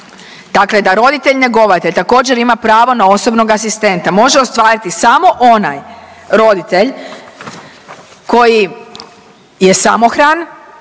dakle da roditelj njegovatelj također ima pravo na osobnog asistenta može ostvariti samo onaj roditelj koji je samohran,